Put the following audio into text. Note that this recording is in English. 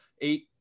eight